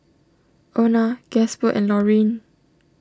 Ona Gasper and Laurene